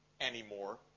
anymore